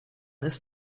ist